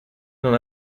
non